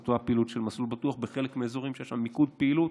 אותה הפעילות של מסלול בטוח בחלק מהאזורים שיש בהם מיקוד פעילות.